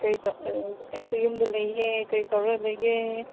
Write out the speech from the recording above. ꯑꯩꯁꯨ ꯌꯨꯝꯗ ꯂꯩꯌꯦ ꯀꯔꯤ ꯇꯧꯔꯒ ꯂꯩꯒꯦ